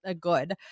good